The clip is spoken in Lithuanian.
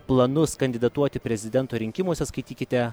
planus kandidatuoti prezidento rinkimuose skaitykite